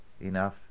enough